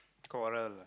quarrel ah